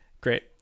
great